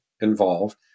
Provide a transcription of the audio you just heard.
involved